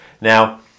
Now